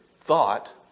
thought